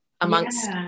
amongst